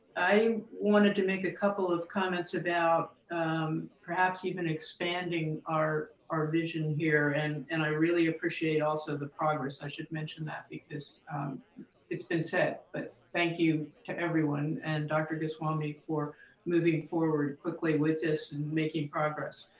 i wanted to make a couple of comments about perhaps even expanding our our vision here and and i really appreciate also the progress. i should mention that because it's been said, but thank you to everyone and dr. goswami for moving forward quickly with this and making progress.